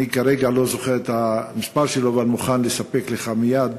אני כרגע לא זוכר את המספר שלו אבל מוכן לספק לך מייד,